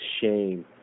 shame